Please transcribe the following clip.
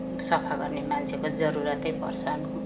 सफा गर्ने मान्छेको जरुरतै पर्छ